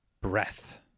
breath